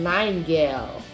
Nightingale